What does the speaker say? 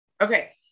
Okay